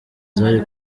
zari